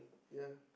ya